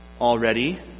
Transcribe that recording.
already